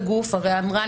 גברתי,